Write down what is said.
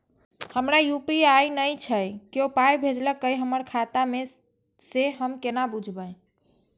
हमरा यू.पी.आई नय छै कियो पाय भेजलक यै हमरा खाता मे से हम केना बुझबै?